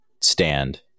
stand